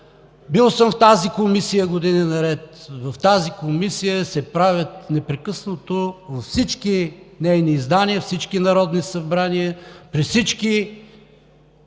бил съм в тази комисия години наред. В тази комисия се правят непрекъснато – във всички нейни издания, всички народни събрания, при всички